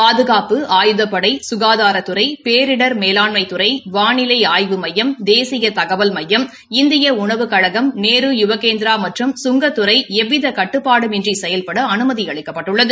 பாதுகாப்பு ஆயுதப்படை சுகாதாரத்துறை பேரிடர் மேலாண்மதுறை வானிலை ஆய்வு மையம் தேசிய தகவல் மையம் இந்திய உணவுக்கழகம் நேரு யுவகேந்திரா மற்றும கங்கத்துறை எவ்வித கட்டுபாடுமின்றி செயல்பட அனுமதி அளிக்கப்பட்டுள்ளது